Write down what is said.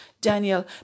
Daniel